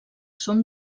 són